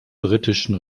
britischen